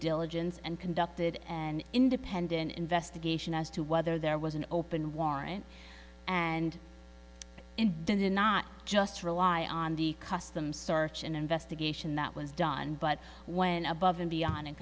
diligence and conducted an independent investigation as to whether there was an open warrant and and did not just rely on the custom search and investigation that was done but when above and beyond and